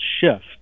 shift